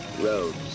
roads